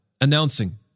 announcing